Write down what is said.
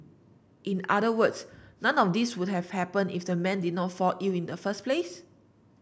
in other words none of these would have happened if the man did not fall ill in the first place